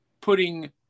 putting